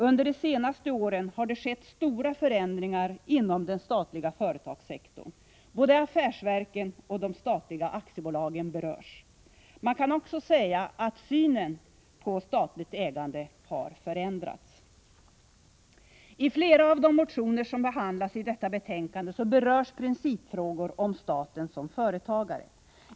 Under de senaste åren har det skett stora förändringar inom den statliga företagssektorn. Både affärsverken och de statliga aktiebolagen berörs. Man kan också säga att synen på statligt ägande har förändrats. I flera av de motioner som behandlas i detta betänkande berörs principfrågor om staten som företagare.